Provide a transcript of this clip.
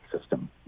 system